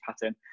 pattern